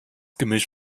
gemisch